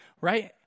Right